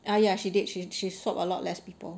oh ya she did she she swab a lot less people